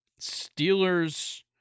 Steelers